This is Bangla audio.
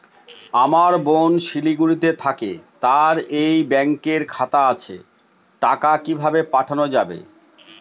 আমার বোন শিলিগুড়িতে থাকে তার এই ব্যঙকের খাতা আছে টাকা কি ভাবে পাঠানো যাবে?